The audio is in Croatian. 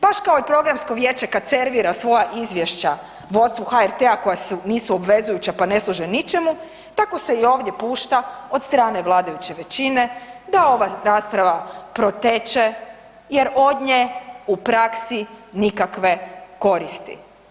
Baš kao i kad Programsko vijeće servira svoja izvješća vodstvu HRT-a koja nisu obvezujuća pa ne služe ničemu, tako se i ovdje pušta od strane vladajuće većine da ova rasprava proteče jer od nje u praksi nikakve koristi.